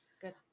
Good